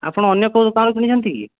ଆପଣ ଅନ୍ୟ କେଉଁ ଦୋକାନରୁ କିଣିଛନ୍ତି କି